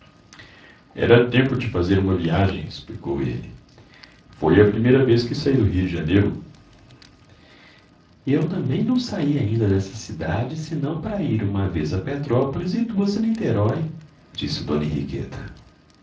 era tempo de fazer uma viagem explicou ele foi a primeira vez que saí do rio de janeiro eu também não saí ainda desta cidade senão para ir uma vez a petrópolis e duas a niterói disse d henriqueta